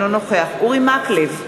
אינו נוכח אורי מקלב,